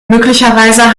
möglicherweise